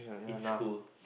in school